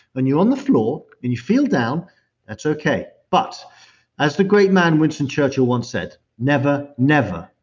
when you're on the floor and you feel down that's okay. but as the great man winston churchill once said, never, never,